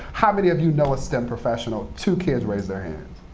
how many of you know a stem professional? two kids raised their hands.